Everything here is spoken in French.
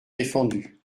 défendus